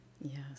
Yes